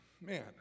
man